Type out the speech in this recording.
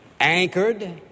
anchored